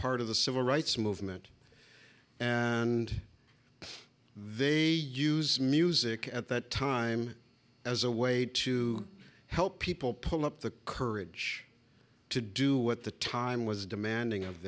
part of the civil rights movement and they use music at that time as a way to help people pull up the courage to do what the time was demanding of